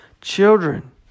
children